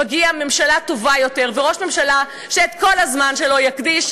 מגיעים ממשלה טובה יותר וראש ממשלה שאת כל הזמן שלו יקדיש,